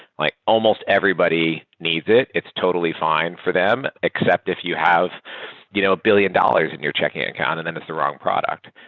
like almost everybody needs it. it's totally for them, except if you have you know a billion dollars in your checking account and then it's the wrong product.